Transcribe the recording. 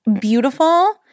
beautiful